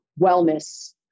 wellness